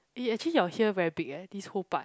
eh actually your here very big eh this whole part